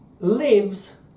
lives